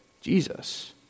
Jesus